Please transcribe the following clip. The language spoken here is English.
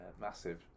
massive